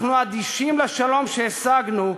אנחנו אדישים לשלום שהשגנו,